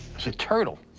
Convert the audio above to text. it's a turtle!